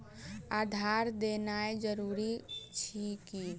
आधार देनाय जरूरी अछि की?